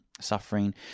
suffering